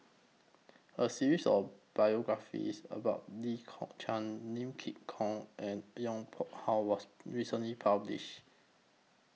A series of biographies about Lee Kong Chian Lim Kok Ann and Yong Pung How was recently published